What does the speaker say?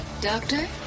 Doctor